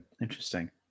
interesting